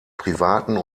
privaten